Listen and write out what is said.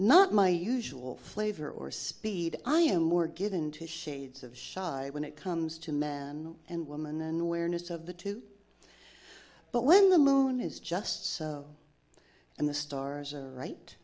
not my usual flavor or speed i am more get into shades of shy when it comes to man and woman and awareness of the two but when the moon is just so and the stars are right